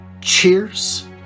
cheers